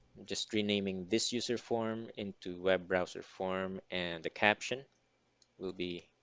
just renaming this user form into webbrowser form and the caption will be